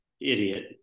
idiot